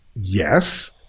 yes